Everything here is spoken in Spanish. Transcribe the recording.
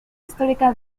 histórica